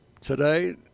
today